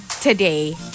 today